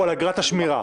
או על אגרת השמירה?